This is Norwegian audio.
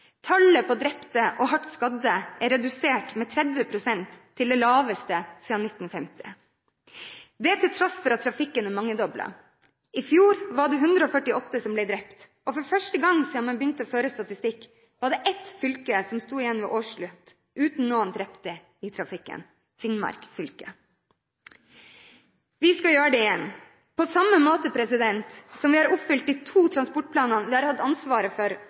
Tallet på drepte og hardt skadde er redusert med 30 pst., til det laveste siden 1950, til tross for at trafikken er mangedoblet. I fjor var det 148 mennesker som ble drept, og for første gang siden man begynte å føre statistikk, var det ett fylke som sto igjen ved årsslutt uten noen drepte i trafikken, Finnmark. Vi skal gjøre det igjen. På samme måte som vi har oppfylt de to transportplanene vi har hatt ansvaret for,